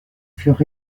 furent